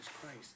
Christ